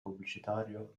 pubblicitario